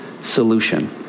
solution